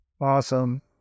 Awesome